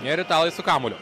ir italai su kamuoliu